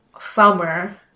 summer